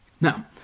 Now